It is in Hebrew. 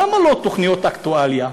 למה לא תוכניות אקטואליה?